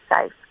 safe